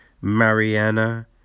Mariana